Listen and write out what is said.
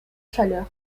chaleur